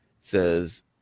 says